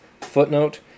Footnote